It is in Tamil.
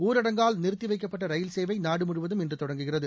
ஊரடங்கால் நிறுத்தி நவைக்கப்பட்ட ரயில் சேவை நாடு முழுவதும் இன்று தொடங்குகிறது